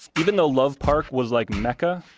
even though love park was like mecca,